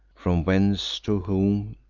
from whence, to whom,